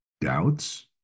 doubts